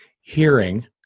hearing